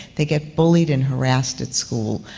they get bullied and harassed at school.